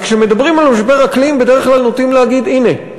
אז כשמדברים על משבר אקלים בדרך כלל נוטים להגיד: הנה,